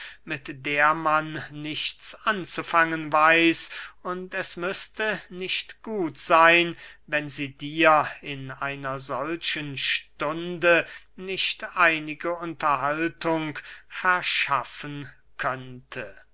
mit der man nichts anzufangen weiß und es müßte nicht gut seyn wenn sie dir in einer solchen stunde nicht einige unterhaltung verschaffen könnte